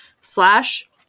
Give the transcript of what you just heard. slash